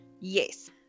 yes